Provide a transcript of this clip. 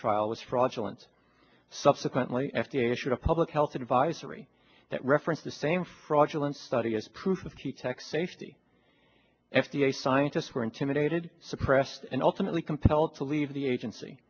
trial was fraudulent subsequently f d a issued a public health advisory that referenced the same fraudulent study as proof of key tech safety f d a scientists were intimidated suppressed and ultimately compelled to leave the agency